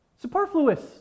superfluous